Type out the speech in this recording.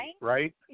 right